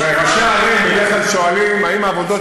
ראשי ערים בדרך כלל שואלים האם העבודות